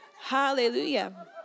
Hallelujah